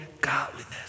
godliness